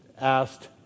asked